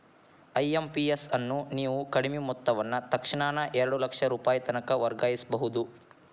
IMPS ಅನ್ನು ನೇವು ಕಡಿಮಿ ಮೊತ್ತವನ್ನ ತಕ್ಷಣಾನ ಎರಡು ಲಕ್ಷ ರೂಪಾಯಿತನಕ ವರ್ಗಾಯಿಸ್ಬಹುದು